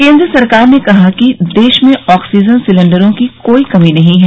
केन्द्र सरकार ने कहा है कि देश में ऑक्सीजन सिलेंडरों की कोई कमी नहीं है